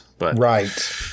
Right